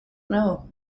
know